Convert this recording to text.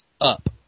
up